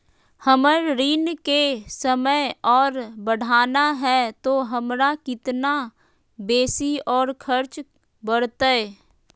हमर ऋण के समय और बढ़ाना है तो हमरा कितना बेसी और खर्चा बड़तैय?